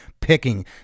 picking